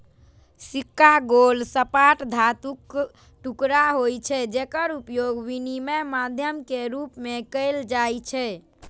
सिक्का गोल, सपाट धातुक टुकड़ा होइ छै, जेकर उपयोग विनिमय माध्यम के रूप मे कैल जाइ छै